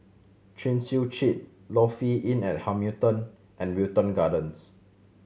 Chin Chew Street Lofi Inn at Hamilton and Wilton Gardens